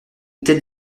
telle